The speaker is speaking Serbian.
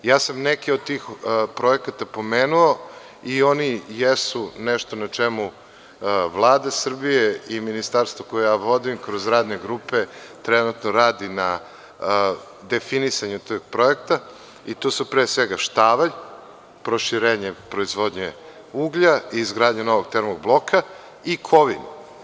Ja sam neke od tih projekata pomenuo i oni jesu nešto na čemu Vlada Srbije i ministarstvo koje ja vodim kroz radne grupe trenutno radi na definisanju tog projekta i tu su, pre svega, „Štavalj“, proširenje proizvodnje uglja, izgradnja novog termobloka i Kovin.